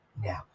Now